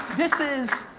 this is,